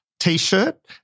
t-shirt